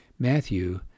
Matthew